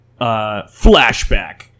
flashback